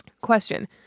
question